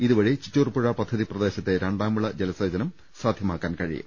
ഇതുവഴി ചിറ്റൂർപുഴ പദ്ധതി പ്രദേശത്തിലെ രണ്ടാം വിള ജലസേചനം സാധ്യമാക്കാൻ കഴിയും